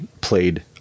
played